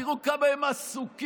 תראו כמה הם עסוקים,